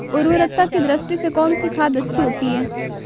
उर्वरकता की दृष्टि से कौनसी खाद अच्छी होती है?